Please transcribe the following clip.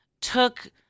took